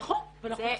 זה -- נכון ואנחנו עושים.